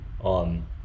on